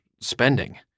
spending